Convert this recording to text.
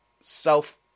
self